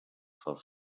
phone